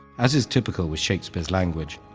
as is typical with shakespeare's language,